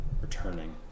returning